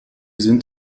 sind